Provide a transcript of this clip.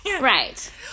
Right